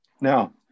Now